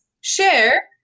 Share